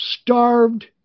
starved